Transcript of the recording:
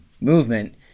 movement